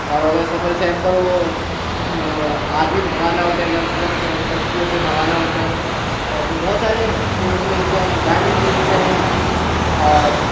اور ہوگئے سفر سیف وہ آدمی بھگانا ہوتا ہے ادھر سے ادھر ٹرین پٹریوں پہ بھگانا ہوتا ہے اوراس میں بہت سارے کوینس ملتے ہیں ڈائمنڈ ملتے ہیں اور